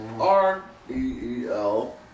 R-E-E-L